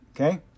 Okay